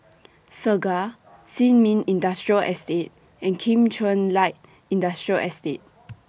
Segar Sin Ming Industrial Estate and Kim Chuan Light Industrial Estate